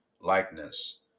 likeness